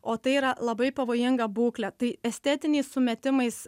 o tai yra labai pavojinga būklė tai estetiniais sumetimais